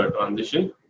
transition